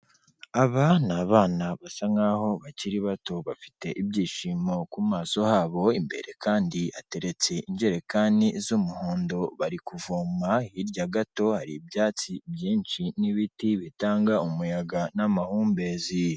Aba ni abana basa nk'aho bakiri bato, bafite ibyishimo ku maso habo, imbere kandi hateretse injerekani z'umuhondo, bari kuvoma, hirya gato hari ibyatsi byinshi n'ibiti bitanga umuyaga n'amahumbezi.